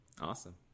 awesome